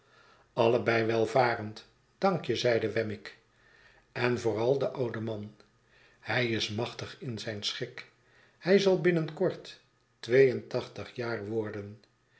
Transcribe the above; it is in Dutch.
allebei welvarend dank je zeide wemmick en vooral de oude man hij is machtig in zijn schik hij zal binnen kort twee en tachtig jaar worden